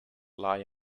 lie